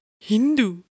Hindu